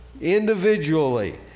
individually